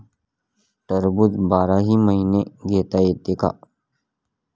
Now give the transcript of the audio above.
टरबूज बाराही महिने घेता येते का?